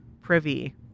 privy